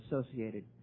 associated